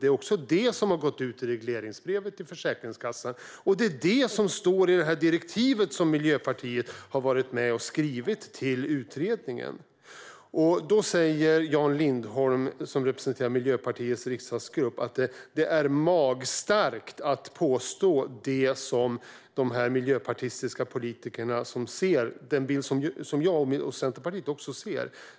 Det är också det som har gått ut i regleringsbrevet till Försäkringskassan, och det är det som står i det direktiv som Miljöpartiet har varit med och skrivit till utredningen. Jan Lindholm som representerar Miljöpartiets riksdagsgrupp säger att det är magstarkt att göra den koppling som de här miljöpartistiska politikerna, jag och Centerpartiet ser.